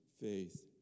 faith